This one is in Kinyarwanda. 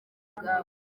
ubwabo